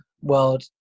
world